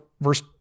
verse